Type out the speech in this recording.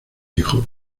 hijos